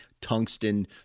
Tungsten